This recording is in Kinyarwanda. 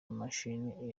imashini